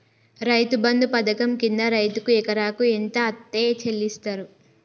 రైతు బంధు పథకం కింద రైతుకు ఎకరాకు ఎంత అత్తే చెల్లిస్తరు?